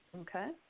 okay